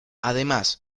además